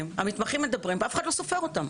המתמחים מדברים ואף אחד לא סופר אותם